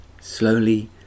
slowly